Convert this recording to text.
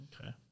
Okay